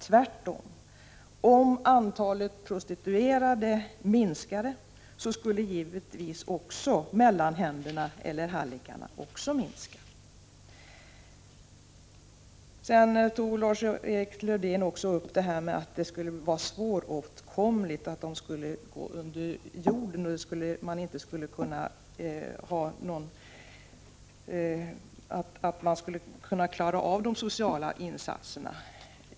Tvärtom — om antalet prostituerade minskade skulle givetvis också antalet mellanhänder eller hallickar minska. § Vidare sade Lars-Erik Lövdén att verksamheten skulle vara svåråtkomlig och att vederbörande skulle gå under jord, så att det inte var möjligt att göra några sociala insatser.